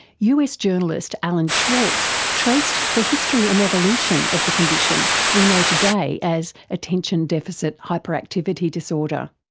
us journalist alan schwarz traced the history and evolution of the condition we know today as attention deficit hyperactivity disorder.